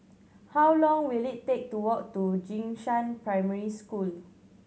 how long will it take to walk to Jing Shan Primary School